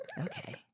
Okay